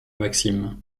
maxime